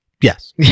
yes